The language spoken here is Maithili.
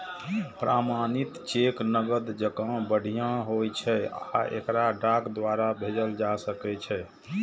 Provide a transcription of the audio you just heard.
प्रमाणित चेक नकद जकां बढ़िया होइ छै आ एकरा डाक द्वारा भेजल जा सकै छै